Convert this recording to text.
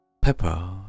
pepper